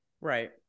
Right